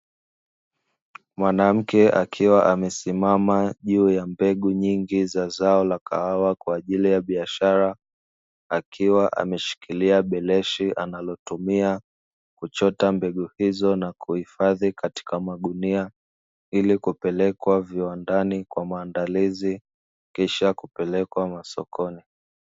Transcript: Mwanamke akiwa amesimama juu ya mbegu nyingi za zao la kahawa kwa ajili ya biashara. Akiwa ameshikilia beleshi analotumia kuchota mbegu hizo na kuhifadhi katika magunia, ili kupelekwa viwandani kwa maandalizi, kisha kupelekwa masokoni.